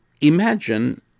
imagine